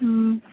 ம்